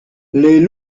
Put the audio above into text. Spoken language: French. les